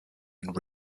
and